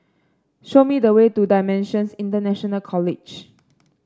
show me the way to Dimensions International College